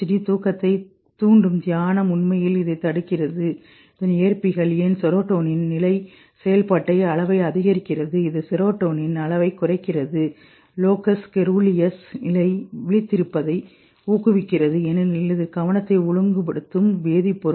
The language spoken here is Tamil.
டி தூக்கத்தைத் தூண்டும் தியானம் உண்மையில் இதைத் தடுக்கிறது இதன் ஏற்பிகள் ஏன் செரோடோனின் நிலை செயல்பாட்டு அளவை அதிகரிக்கிறது இது செரோடோனின் அளவைக் குறைக்கிறது லோகஸ் கோரூலியஸ் நிலை விழித்திருப்பதை ஊக்குவிக்கிறது ஏனெனில் இது கவனத்தை ஒழுங்குபடுத்தும் வேதிப்பொருள்